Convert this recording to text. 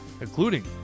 including